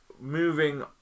Moving